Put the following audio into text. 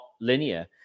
linear